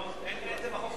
לא, אין את זה בחוק.